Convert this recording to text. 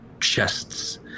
chests